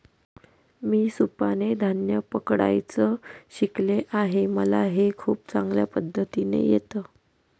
मी सुपाने धान्य पकडायचं शिकले आहे मला हे खूप चांगल्या पद्धतीने येत